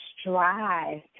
strive